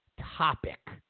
topic